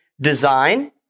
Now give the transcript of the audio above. design